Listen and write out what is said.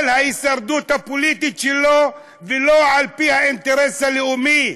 ההישרדות הפוליטית שלו ולא על פי האינטרס הלאומי".